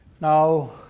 Now